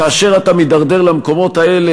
כאשר אתה מידרדר למקומות האלה,